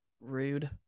rude